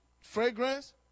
fragrance